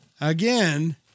Again